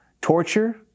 torture